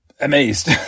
amazed